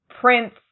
prince